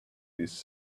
his